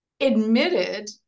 admitted